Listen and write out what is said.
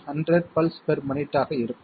01 × 100 pulse per minute ஆக இருக்கும்